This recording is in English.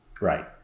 Right